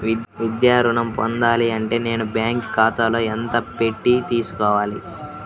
విద్యా ఋణం పొందాలి అంటే నేను బ్యాంకు ఖాతాలో ఎంత పెట్టి తీసుకోవాలి?